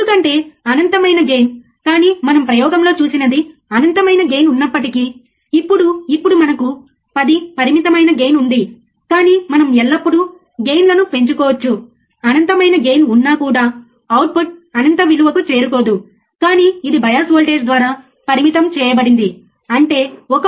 కాబట్టి మీకు Thomas Edison అనే శాస్త్రవేత్త తెలిసి ఉండవచ్చు మరియు మన గొప్ప బలహీనత వదులుకోవటంలోనే ఉందని ఆయన అన్నారు